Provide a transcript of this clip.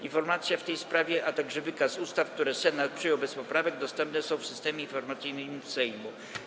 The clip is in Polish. Informacja w tej sprawie, a także wykaz ustaw, które Senat przyjął bez poprawek, dostępne są w Systemie Informacyjnym Sejmu.